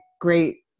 great